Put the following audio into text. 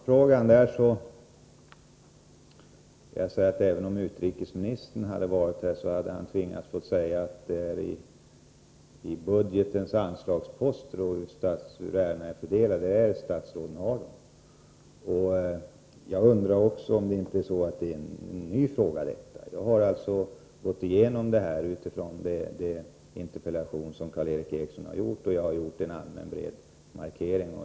Fru talman! När det gäller formfrågan vill jag säga följande. Även om utrikesministern hade varit här, hade han tvingats säga att ärendena är fördelade på ett visst sätt i budgeten. Jag undrar också om inte detta är en ny fråga. Jag har alltså gått igenom detta ärende utifrån den interpellation som Karl Erik Eriksson har framställt, och jag har gjort en allmän markering.